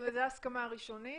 זאת ההסכמה הראשונית.